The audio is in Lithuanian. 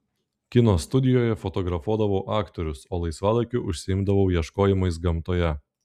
kino studijoje fotografuodavau aktorius o laisvalaikiu užsiimdavau ieškojimais gamtoje